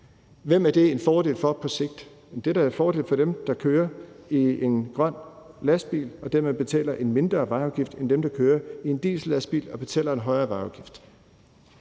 Hvem er det en fordel for på sigt? Det er da en fordel for dem, der kører i en grøn lastbil og dem, der betaler en mindre vejafgift end dem, der kører i en diesellastbil og betaler en højere vejafgift.